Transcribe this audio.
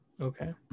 Okay